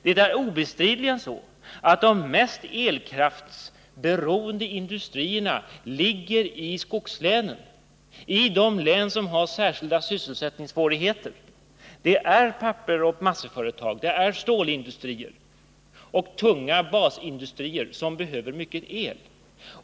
Det är obestridligen så att de mest elkraftsberoende industrierna ligger i skogslänen, i de län som har särskilda sysselsättningssvårigheter. Det är pappersoch massaföretag, det är stålindustrier och tunga basindustrier som behöver mycket el.